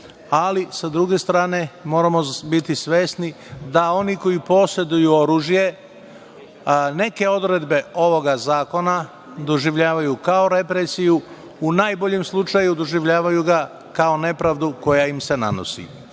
ali sa druge strane moramo biti svesni da oni koji poseduju oružje, neke odredbe ovoga zakona doživljavaju kao represiju, u najboljem slučaju doživljavaju ga kao nepravdu koja im se nanosi. Evo,